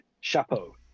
Chapeau